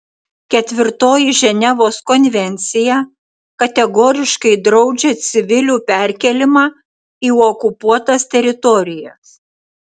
ketvirtoji ženevos konvencija kategoriškai draudžia civilių perkėlimą į okupuotas teritorijas